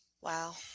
Wow